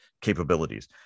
capabilities